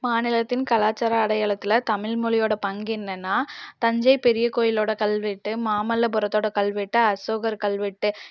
மாநிலத்தின் கலாச்சார அடையாளத்தில் தமிழ் மொழியோடய பங்கு என்னன்னால் தஞ்சை பெரியகோவிலோடய கல்வெட்டு மாமல்லபுரத்தோடய கல்வெட்டு அசோகர் கல்வெட்டு